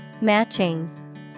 Matching